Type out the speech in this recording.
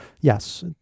yes